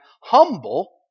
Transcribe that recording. humble